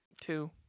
Two